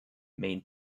main